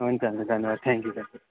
हुन्छ हुन्छ धन्यवाद थ्याङ्क यु